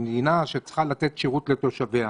המדינה צריכה לתת שירות לתושביה.